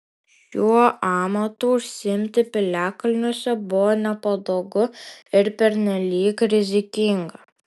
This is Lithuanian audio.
šiuo amatu užsiimti piliakalniuose buvo nepatogu ir pernelyg rizikinga